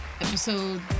Episode